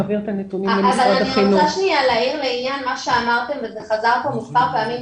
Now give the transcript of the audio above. אני רוצה שניה להעיר לגבי מה שאמרתם וזה חזר פה מספר פעמים,